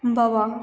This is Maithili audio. बाबा